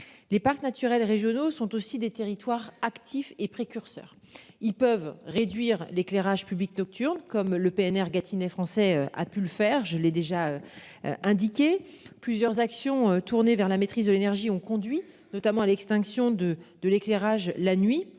les parcs naturels régionaux sont aussi des territoires actif et précurseurs. Ils peuvent réduire l'éclairage public nocturne comme le PNR Gâtinais français a pu le faire, je l'ai déjà. Indiqué plusieurs actions tourné vers la maîtrise de l'énergie ont conduit notamment à l'extinction de de l'éclairage la nuit